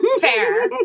Fair